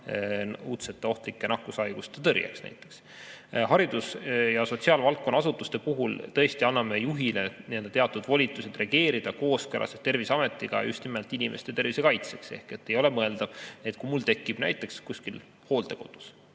uudsete ohtlike nakkushaiguste tõrjes. Haridus- ja sotsiaalvaldkonna asutuste puhul tõesti anname juhile teatud volitused reageerida kooskõlas Terviseametiga just nimelt inimeste tervise kaitseks. Ei ole mõeldav, et kui tekib näiteks kuskil hooldekodus